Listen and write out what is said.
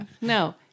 no